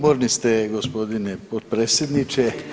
Umorni ste gospodine potpredsjedniče.